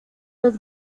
los